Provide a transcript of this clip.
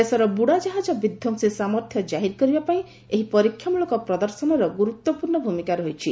ଦେଶର ବୁଡ଼ାଜାହାଜ ବିଧ୍ୱଂସି ସାମର୍ଥ୍ୟ କାହିର କରିବା ପାଇଁ ଏହି ପରୀକ୍ଷାମୂଳକ ପ୍ରଦର୍ଶନର ଗୁରୁତ୍ୱପୂର୍ଣ୍ଣ ଭୂମିକା ରହିଛି